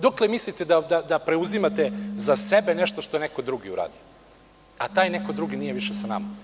Dokle mislite da preuzimate za sebe nešto što je neko drugi uradio, a taj neko drugi nije više s nama?